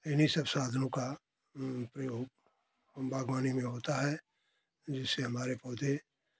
इन्हीं सब साधनों का प्रयोग बागवानी में होता है जिससे हमारे पौधे